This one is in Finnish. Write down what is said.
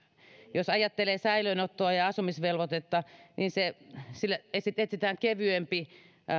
jos ajattelee säilöönottoa ja ja asumisvelvoitetta niin sille etsitään kevyempi